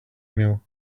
meal